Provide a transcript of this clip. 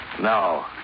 No